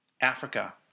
Africa